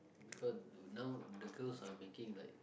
because now the girls are making like